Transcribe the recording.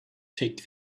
take